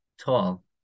tall